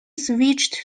switched